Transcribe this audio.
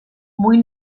muy